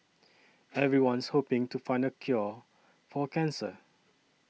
everyone's hoping to find the cure for cancer